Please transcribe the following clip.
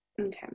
Okay